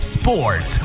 Sports